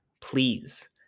please